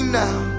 now